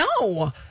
no